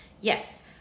yes